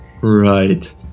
Right